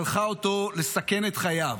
שלחה אותו לסכן את חייו,